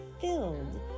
filled